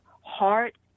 heart